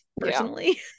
personally